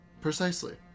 Precisely